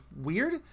weird